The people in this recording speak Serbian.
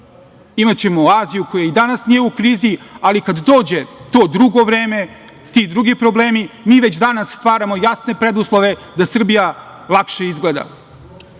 Imaćemo Aziju koja i danas nije u krizi, ali kada dođe to drugo vreme, ti drugi problemi mi već danas stvaramo jasne preduslove da Srbija lakše izgleda. Dame